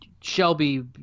Shelby